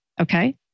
okay